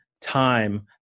time